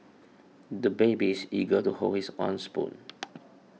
the baby is eager to hold his own spoon